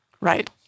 Right